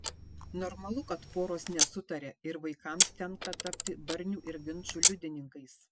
normalu kad poros nesutaria ir vaikams tenka tapti barnių ir ginčų liudininkais